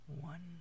one